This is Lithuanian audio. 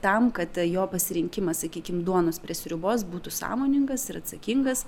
tam kad jo pasirinkimas sakykim duonos prie sriubos būtų sąmoningas ir atsakingas